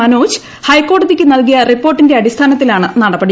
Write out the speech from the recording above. മനോജ് ഹൈക്കോടതിക്ക് നൽകിയ റിപ്പോർട്ടിന്റെ അടിസ്ഥാനത്തിലാണ് നടപടി